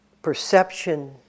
Perception